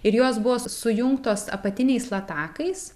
ir jos buvo sujungtos apatiniais latakais